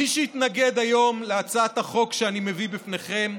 מי שיתנגד היום להצעת החוק שאני מביא בפניכם,